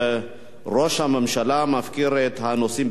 ראש הממשלה מפקיר את הנושאים בנטל,